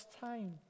time